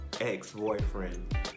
ex-boyfriend